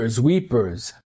weepers